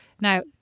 Now